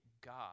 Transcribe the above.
God